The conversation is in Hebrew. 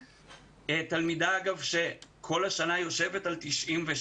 אחד מהן היא תלמידה שכל השנה ממוצא הציונים שלה עומד